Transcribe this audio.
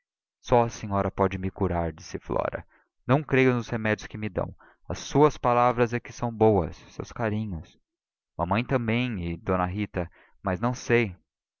só a senhora pode me curar disse flora não creio nos remédios que me dão as suas palavras é que são boas e os seus carinhos mamãe também e d rita mas não sei